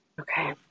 Okay